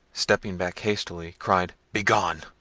stepping back hastily, cried, begone!